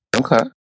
Okay